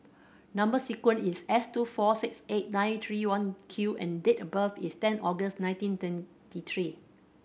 number sequence is S two four six eight nine three one Q and date of birth is ten August nineteen twenty three